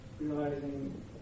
realizing